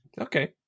okay